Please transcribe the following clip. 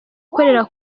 ikorera